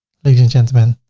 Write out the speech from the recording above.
ladies and gentlemen